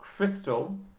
Crystal